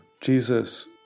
Jesus